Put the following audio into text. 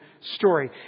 story